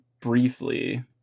briefly